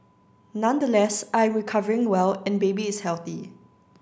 nonetheless I recovering well and baby is healthy